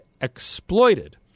exploited